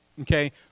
okay